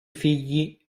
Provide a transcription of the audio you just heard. figli